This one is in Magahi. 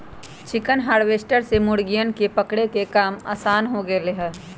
चिकन हार्वेस्टर से मुर्गियन के पकड़े के काम आसान हो गैले है